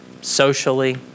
socially